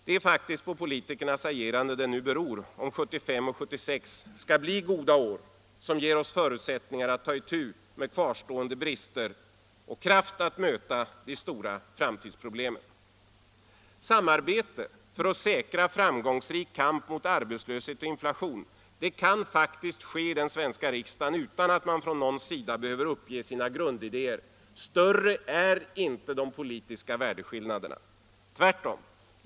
Det är faktiskt på politikernas agerande det nu beror om 1975 och 1976 skall bli goda år, som ger oss förutsättningar att ta itu med kvarstående brister och kraft att möta de stora framtidsproblemen. Samarbete för att säkra framgångsrik kamp mot arbetslöshet och inflation kan ske utan att man från någon sida behöver uppge sina grundidéer. Större är inte de politiska värdeskillnaderna. Tvärtom.